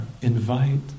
invite